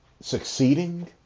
succeeding